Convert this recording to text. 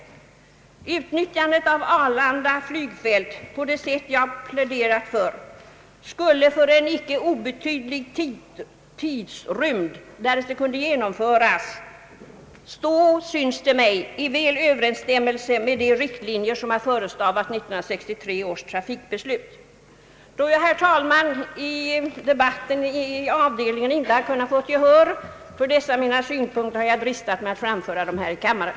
Utnyttjandet av Arlanda flygfält på det sätt jag pläderat för skulle för en icke obetydlig tidrymd stå, synes det mig, väl i överensstämmelse med de riktlinjer som har förestavat 1963 års trafikbeslut. Då jag, herr talman, i debatten inom avdelningen inte har kunnat få gehör för dessa mina synpunkter, har jag dristat mig att framföra dem här i kammaren.